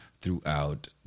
throughout